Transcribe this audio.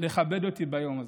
לכבד אותי ביום הזה.